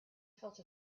felt